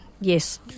yes